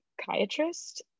psychiatrist